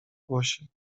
głosie